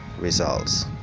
results